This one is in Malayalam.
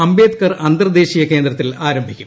അംബേദ്കർ അന്തർദ്ദേശീയ കേന്ദ്രത്തിൽ ആരംഭിക്കും